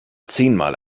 zehnmal